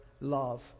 love